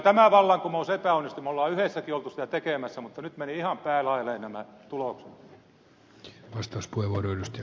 me olemme yhdessäkin oltu sitä tekemässä mutta nyt menivät ihan päälaelleen nämä tulokset